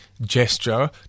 gesture